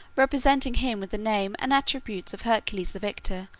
representing him with the name and attributes of hercules the victor,